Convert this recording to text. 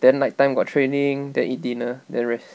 then night time got training then eat dinner then rest